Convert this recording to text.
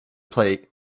plate